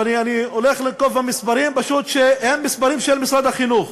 ואני הולך לנקוב במספרים שהם מספרים של משרד החינוך